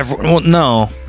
No